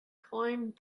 climbed